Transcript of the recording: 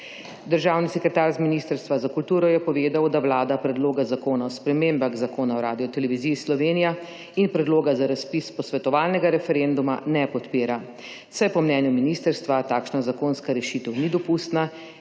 Državni sekretar iz Ministrstva za kulturo, je povedal, da Vlada Predloga zakona o spremembah Zakona o Radioteleviziji Slovenija in Predloga za razpis posvetovalnega referenduma ne podpira, saj po mnenju ministrstva takšna zakonska rešitev ni dopustna,